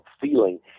feeling